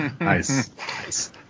Nice